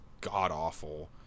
god-awful